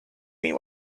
been